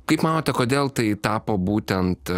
kaip manote kodėl tai tapo būtent